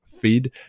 feed